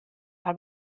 haw